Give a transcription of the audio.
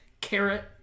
Carrot